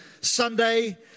Sunday